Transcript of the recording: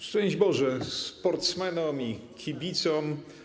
Szczęść Boże sportsmenom i kibicom!